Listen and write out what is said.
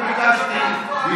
כנראה שכל, אתה